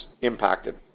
impacted